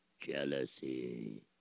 jealousy